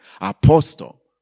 apostle